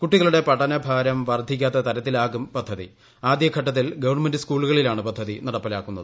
കുട്ടികളുടെ പഠനഭാരം വർദ്ധിക്കാത്ത തരത്തിലാകും പദ്ധതി ആദ്യഘട്ടത്തിൽ ഗവൺമെന്റ സ്കൂളുകളിലാണ് പദ്ധതി നടപ്പാക്കുന്നത്